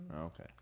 Okay